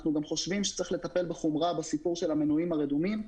אנחנו גם חושבים שצריך לטפל בחומרה בסיפור של המנויים הרדומים.